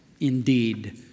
indeed